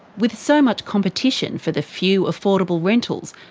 with so much competition for the few affordable rentals,